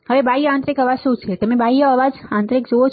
હવે બાહ્ય આંતરિક અવાજ શું છે તમે બાહ્ય અવાજ આંતરિક અવાજ જુઓ છો